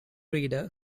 reader